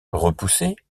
repoussé